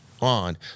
on